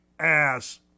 Ass